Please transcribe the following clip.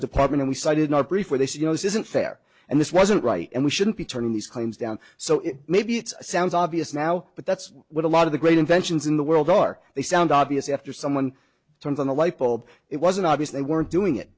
department we sided not prefer this you know this isn't fair and this wasn't right and we shouldn't be turning these claims down so maybe it sounds obvious now but that's what a lot of the great inventions in the world are they sound obvious after someone turns on the light bulb it wasn't obvious they weren't doing it